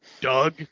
Doug